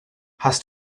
hast